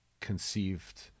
conceived